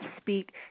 speak